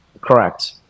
Correct